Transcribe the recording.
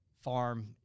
farm